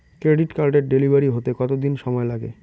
Credit কার্ডের delivery হতে কতদিন সময় লাগে?